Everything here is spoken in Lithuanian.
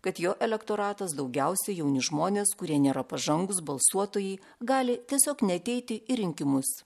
kad jo elektoratas daugiausiai jauni žmonės kurie nėra pažangūs balsuotojai gali tiesiog neateiti į rinkimus